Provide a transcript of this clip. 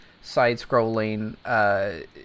side-scrolling